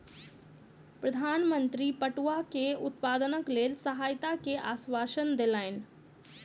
प्रधान मंत्री पटुआ के उत्पादनक लेल सहायता के आश्वासन देलैन